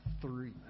three